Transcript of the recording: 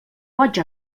boig